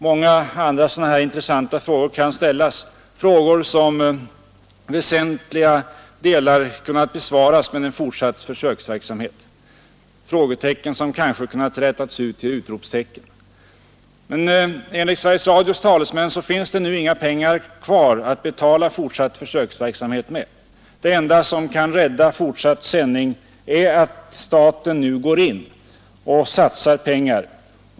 Många andra intressanta frågor kan också ställas, vilka i väsentliga delar hade kunnat besvaras med en fortsatt försöksverksamhet, och frågetecknen hade kanske då kunnat rätas ut till utropstecken. Enligt Sveriges Radios talesmän finns det inga pengar kvar att betala en fortsatt försöksverksamhet med. Det enda som kan rädda Radio Jönköping är att staten nu går in och satsar pengar.